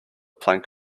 plank